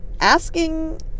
asking